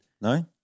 no